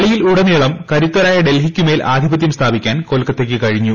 കളിയിൽ ഉടനീളം കരുത്തരായ ഡൽഹിക്ക് മേൽ ആധിപത്യം സ്ഥാപ്പിക്കാൻ കൊൽക്കത്തയ്ക്ക് കഴിഞ്ഞു